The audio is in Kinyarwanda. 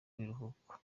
biruhuko